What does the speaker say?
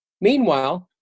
Meanwhile